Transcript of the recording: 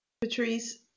Patrice